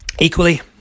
equally